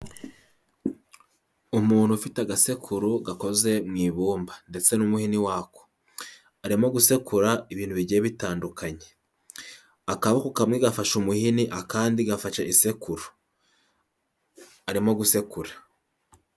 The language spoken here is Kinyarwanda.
Umuntu ufite agasekuru gakoze mu ibumba ndetse n'umuhini wako arimo gusekura ibintu bigiye bitandukanye, akaboko kamwe gafasha umuhini akandi gafasha isekuru arimo gusekura.